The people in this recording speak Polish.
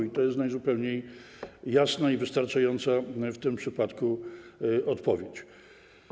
I to jest najzupełniej jasna i wystarczająca w tym przypadku odpowiedź.